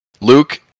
Luke